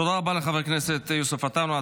תודה רבה לחבר הכנסת יוסף עטאונה.